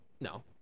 No